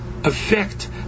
Affect